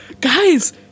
guys